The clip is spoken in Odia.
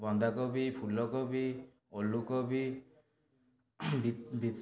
ବନ୍ଧାକୋବି ଫୁଲକୋବି ଓଲୁ କୋବି